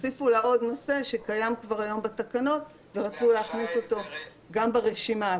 הוסיפו לה עוד נושא שקיים כבר היום בתקנות ורצו להכניס אותו גם לרשימה.